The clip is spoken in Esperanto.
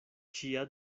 ĉia